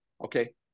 Okay